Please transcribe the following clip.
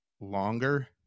longer